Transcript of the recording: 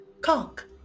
cock